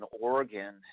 Oregon